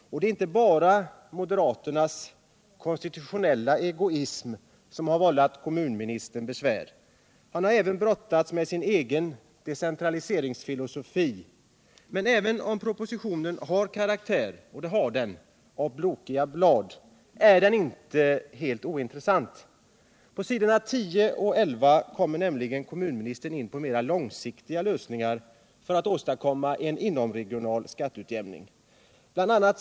Och det är inte bara moderaternas konstitutionella egoism som har vållat kommunministern besvär. Han har även haft att brottas med sin egen decentraliseringsfilosofi. Men även om propositionen har karaktären — och det har den — av ”Brokiga Blad” är den inte helt ointressant. På s. 10-11 går nämligen kommunministern in på mer långsiktiga lösningar för att åstadkomma en inomregional skatteutjämning. BI. a.